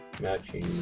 matching